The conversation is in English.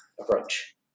approach